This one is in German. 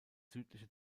südliche